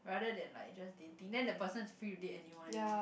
rather than like just dating then the person is free to date anyone you know